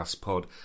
pod